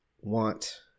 want